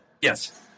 Yes